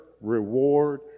reward